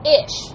ish